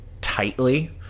tightly